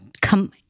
come